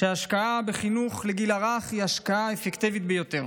שההשקעה בחינוך לגיל הרך היא ההשקעה האפקטיבית ביותר.